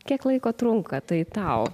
kiek laiko trunka tai tau